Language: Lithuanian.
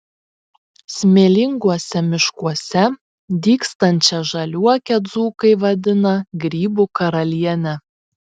smėlinguose miškuose dygstančią žaliuokę dzūkai vadina grybų karaliene